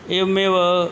एवमेव